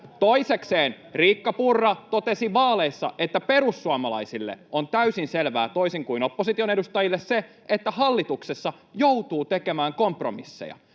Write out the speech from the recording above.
Toisekseen Riikka Purra totesi vaaleissa, että perussuomalaisille on täysin selvää, toisin kuin opposition edustajille, se, että hallituksessa joutuu tekemään kompromisseja.